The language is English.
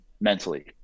mentally